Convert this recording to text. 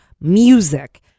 Music